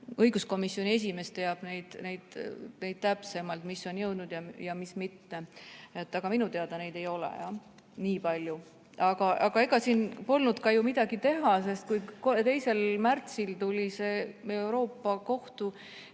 õiguskomisjoni esimees teab täpsemalt, mis on sinna jõudnud ja mis mitte. Aga minu teada neid ei ole jah nii palju. Aga ega siin polnud ka ju midagi teha, sest 2. märtsil tuli see Euroopa kohtu